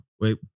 Wait